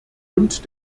und